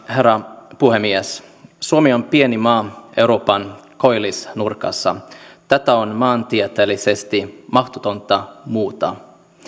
herra puhemies suomi on pieni maa euroopan koillisnurkassa tätä on maantieteellisesti mahdotonta muuttaa